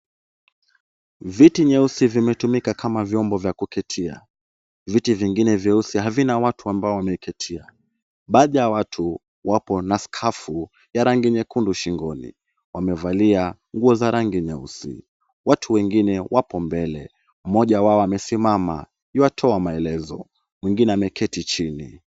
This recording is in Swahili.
Viti nyeusi vimetumika kama vyombo vya kuketia. Viti vingine vyeusi havina watu ambao wameketia. Baadhi ya watu wapo na skafu ya rangi nyekundu shingoni. Wamevalia nguo za rangi nyeusi. Watu wengine wapo mbele. Mmoja wao amesimama yuatoa maelezo mwingine ameketi chini.